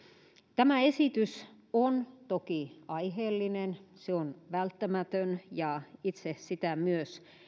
tämä esitys on toki aiheellinen ja se on välttämätön ja itse sitä myös